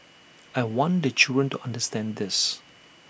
I want the children to understand this